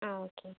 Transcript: ஆ okay